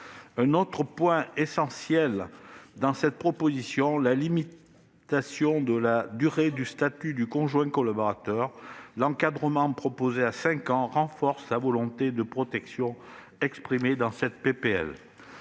Autre point essentiel dans cette proposition de loi : la limitation de la durée du statut de conjoint collaborateur. L'encadrement proposé à cinq ans renforce la volonté de protection exprimée dans ce texte.